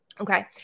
okay